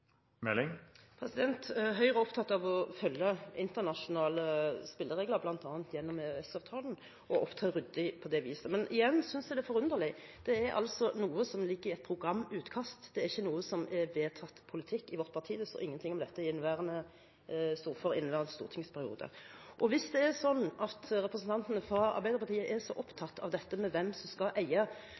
hus? Høyre er opptatt av å følge internasjonale spilleregler, bl.a. gjennom EØS-avtalen, og opptre ryddig på det viset. Igjen synes jeg det som sies er forunderlig. For dette er noe som ligger i et programutkast, det er ikke noe som er vedtatt politikk i vårt parti. Det står ingenting om dette i programmet for inneværende stortingsperiode. Hvis det er slik at representantene for Arbeiderpartiet er så opptatt av hvem som skal eie,